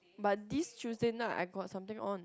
but this Tuesday night I got something on